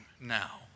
now